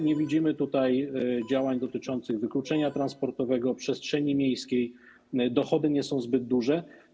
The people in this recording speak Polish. Nie widzimy tutaj działań dotyczących wykluczenia transportowego, przestrzeni miejskiej, dochody nie są zbyt duże.